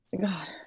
god